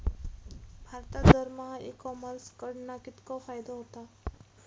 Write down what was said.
भारतात दरमहा e commerce कडणा कितको फायदो होता?